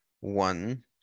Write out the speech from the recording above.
one